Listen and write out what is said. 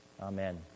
Amen